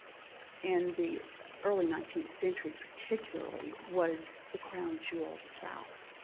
in the early nineteenth century particularly, was the crown jewel of the south.